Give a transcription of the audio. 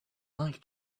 like